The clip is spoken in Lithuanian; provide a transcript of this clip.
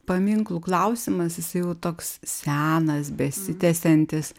paminklų klausimas jisai jau toks senas besitęsiantis